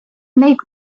neid